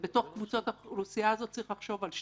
בתוך קבוצות האכולוסיה האלה צריך לחשוב על שתיים,